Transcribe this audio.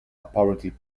apparently